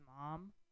mom